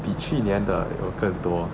比去年的有更多